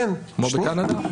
כמו בקנדה?